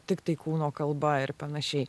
tiktai kūno kalba ir panašiai